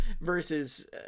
versus